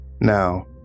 Now